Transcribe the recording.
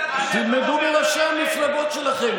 תלמדו מראשי המפלגות שלכם,